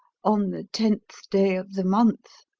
on the tenth day of the month!